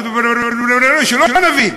"בלה-בלה" שלא נבין.